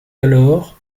alors